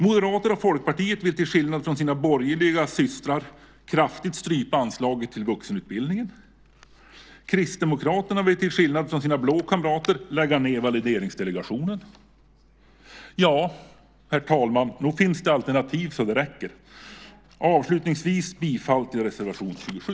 Moderater och Folkpartiet vill till skillnad från sina borgerliga systrar kraftigt strypa anslaget till vuxenutbildningen. Kristdemokraterna vill till skillnad från sina blå kamrater lägga ned Valideringsdelegationen. Ja, herr talman, nog finns det alternativ så att det räcker. Avslutningsvis yrkar jag bifall till reservation 27.